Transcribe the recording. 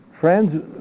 friends